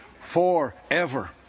forever